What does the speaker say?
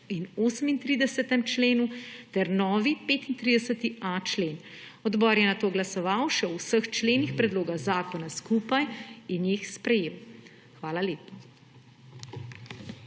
in 38. členu ter novi 35.a člen. Odbor je nato glasoval še o vseh členih predloga zakona skupaj in jih sprejel. Hvala lepa.